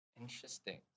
Interesting